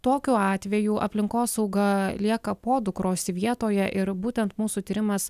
tokiu atveju aplinkosauga lieka podukros vietoje ir būtent mūsų tyrimas